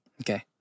Okay